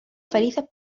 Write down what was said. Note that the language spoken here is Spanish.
felices